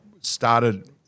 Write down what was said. started